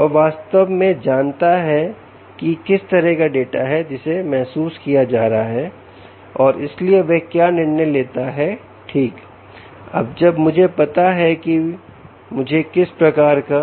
और यह वास्तव में जानता है कि किस तरह का डाटा है जिसे महसूस किया जा रहा है और इसलिए वह क्या निर्णय लेता है ठीक है अब जब मुझे पता है कि मुझे किस प्रकार के